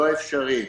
לא אפשרי.